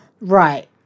Right